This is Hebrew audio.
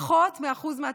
פחות מ-1% מהתקציב.